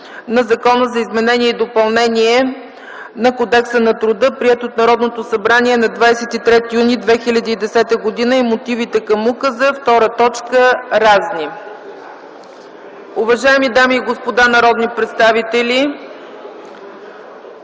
на Закона за изменение и допълнение на Кодекса на труда, приет от Народното събрание на 23 юни 2010 г. и мотивите към указа. 2. Разни. Уважаеми дами и господа народни представители!